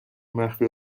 مخفی